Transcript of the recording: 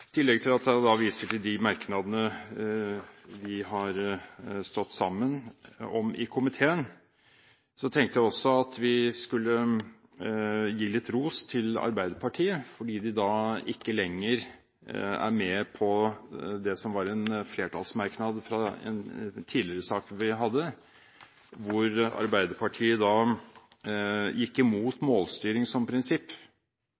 tillegg til at jeg viser til de merknadene vi har stått sammen om i komiteen, tenkte jeg også at vi skulle gi litt ros til Arbeiderpartiet fordi de ikke lenger er med på det som var en flertallsmerknad i en tidligere sak vi hadde, hvor Arbeiderpartiet gikk